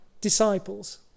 disciples